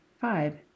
Five